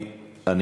ועל כל הארץ.